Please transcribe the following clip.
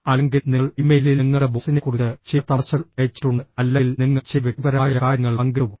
അല്ലെങ്കിൽ നിങ്ങൾ ഇമെയിലിൽ നിങ്ങളുടെ ബോസിനെക്കുറിച്ച് ചില തമാശകൾ അയച്ചിട്ടുണ്ട് അല്ലെങ്കിൽ നിങ്ങൾ ചില വ്യക്തിപരമായ കാര്യങ്ങൾ പങ്കിട്ടു